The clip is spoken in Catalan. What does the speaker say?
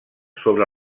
sobre